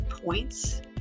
points